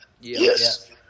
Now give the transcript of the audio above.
Yes